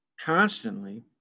constantly